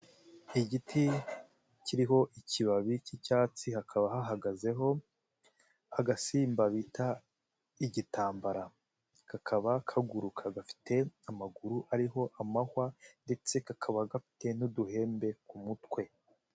Igiti kiriho ikibabi cy'icyatsi hakaba hahagazeho agasimba bita igitambara, kakaba kaguruka gafite amaguru ariho amahwa ndetse kakaba gafite n'uduhembe ku mutwe.